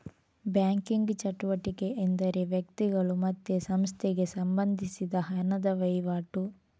banking ಚಟುವಟಿಕೆ ಎಂದರೆ ವ್ಯಕ್ತಿಗಳು ಮತ್ತೆ ಸಂಸ್ಥೆಗೆ ಸಂಬಂಧಿಸಿದ ಹಣದ ವೈವಾಟು